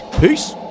Peace